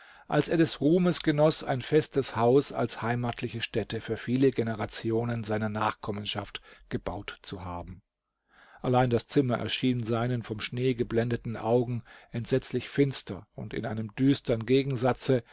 als er des ruhmes genoß ein festes haus als heimatliche stätte für viele generationen seiner nachkommenschaft gebaut zu haben allein das zimmer erschien seinen vom schnee geblendeten augen entsetzlich finster und in einem düstern gegensatze